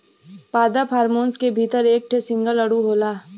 पादप हार्मोन के भीतर एक ठे सिंगल अणु होला